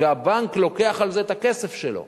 והבנק לוקח על זה את הכסף שלו.